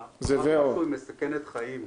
--- היא מסכנת חיים.